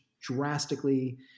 drastically